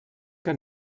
que